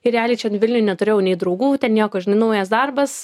ir realiai čia vilniuj neturėjau nei draugų ten nieko žinai naujas darbas